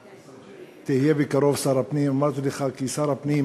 בקרוב שר הפנים, ואמרתי לך: כי שר הפנים